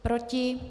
Proti?